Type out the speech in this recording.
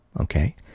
okay